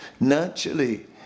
naturally